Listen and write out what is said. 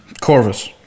Corvus